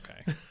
okay